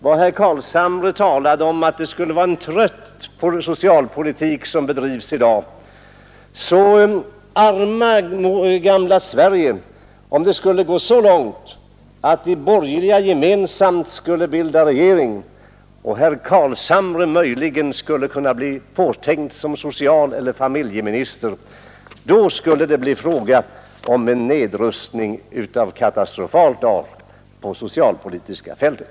Då herr Carlshamre talade om att det skulle vara en trött socialpolitik som bedrivs i dag vill jag säga: Arma gamla Sverige, om det skulle gå så långt att de borgerliga gemensamt skulle bilda regering och herr Carlshamre möjligen skulle kunna bli påtänkt som socialeller familjeminister! Då skulle det bli fråga om en nedrustning av katastrofal art på det socialpolitiska fältet.